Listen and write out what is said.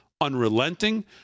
unrelenting